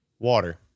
Water